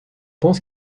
pense